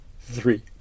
three